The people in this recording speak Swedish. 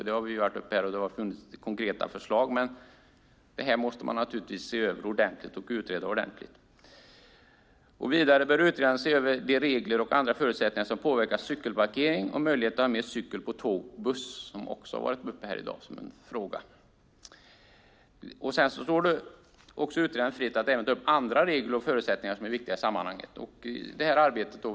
Det har varit uppe här och det har funnits konkreta förslag. Man måste naturligtvis se över och utreda detta ordentligt. Utredaren bör vidare se över de regler och andra förutsättningar som påverkar cykelparkeringen och möjligheten att ta med cykel på tåg och buss. Det har också varit uppe som en fråga här i dag. Det står också utredaren fritt att ta upp andra regler och förutsättningar som är viktiga i sammanhanget.